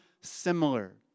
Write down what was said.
similar